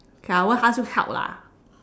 okay lah I won't ask you help lah